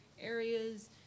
areas